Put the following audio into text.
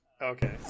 Okay